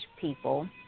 people